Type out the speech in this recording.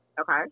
okay